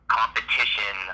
competition